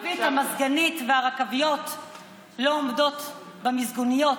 מרבית המזגנית והרכביות לא עומדות במיזגוניות.